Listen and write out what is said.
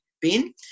bin